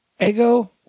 Ego